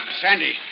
Sandy